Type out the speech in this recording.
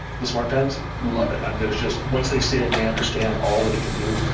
the smartpens love it, um there's just, once they see it and they understand all that it can do,